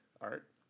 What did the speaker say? art